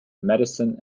medicine